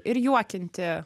ir juokinti